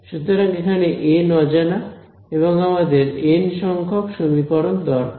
সুতরাং এখানে এন অজানা এবং আমাদের এন সংখ্যক সমীকরণ দরকার